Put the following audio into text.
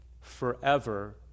forever